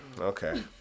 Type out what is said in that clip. Okay